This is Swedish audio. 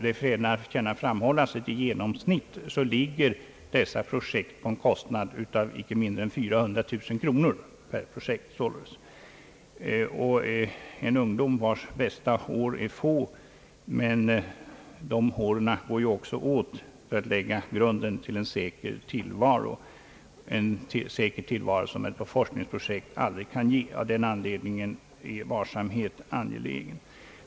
Det förtjänar framhållas att dessa projekt i genomsnitt ligger på en kostnad av icke mindre än 400 000 kronor per projekt. En ung människas bästa år är få, men dessa år går ju också åt för att lägga grunden till en säker tillvaro, vilket forskningsprojekt aldrig kan ge. Av den anledningen är varsamhet angelägen.